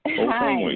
Hi